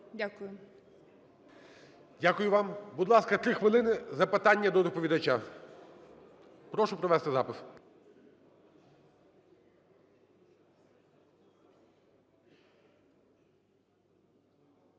Дякую вам. Будь ласка, 3 хвилини запитання до доповідача. Прошу провести запис.